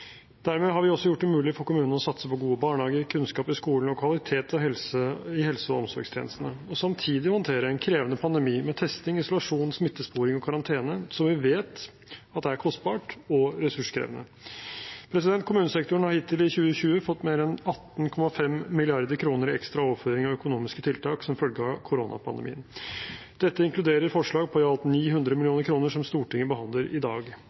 Dermed har vi også gjort det mulig for kommunene å satse på gode barnehager, kunnskap i skolen og kvalitet i helse- og omsorgstjenestene, og samtidig håndtere en krevende pandemi med testing, isolasjon, smittesporing og karantene, som vi vet er kostbart og ressurskrevende. Kommunesektoren har hittil i 2020 fått mer enn 18,5 mrd. kr i ekstra overføringer og økonomiske tiltak som følge av koronapandemien. Dette inkluderer forslag om i alt 900 mill. kr som Stortinget behandler i dag.